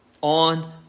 on